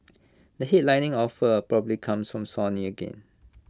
the headlining offer probably comes from Sony again